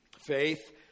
faith